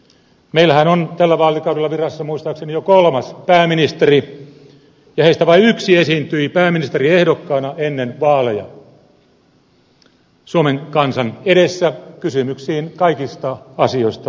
meillähän on tällä vaalikaudella virassa muistaakseni jo kolmas pääministeri ja heistä vain yksi esiintyi pääministeriehdokkaana ennen vaaleja suomen kansan edessä kysymyksiin kaikista asioista vastaten